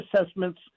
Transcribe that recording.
assessments